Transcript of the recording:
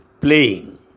playing